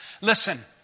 Listen